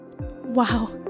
wow